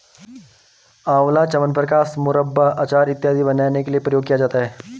आंवला च्यवनप्राश, मुरब्बा, अचार इत्यादि बनाने के लिए प्रयोग किया जाता है